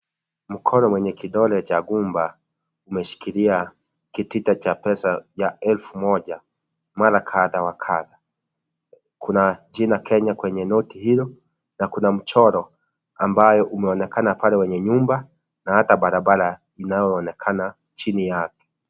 Mkono mwenye kidole cha gumba umeshikilia kitita cha pesa ya elfu moja mara kadha wa kadha. Kuna jina kenya kwenye noti hiyo na kuna mchoro ambao umeonekana pale wenye nyumba na hata barabara inaonekana chini yake.